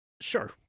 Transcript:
Sure